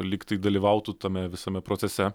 lyg dalyvautų tame visame procese